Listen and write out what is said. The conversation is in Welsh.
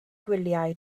gwyliau